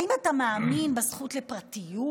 האם אתה מאמין בזכות לפרטיות?